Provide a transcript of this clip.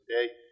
today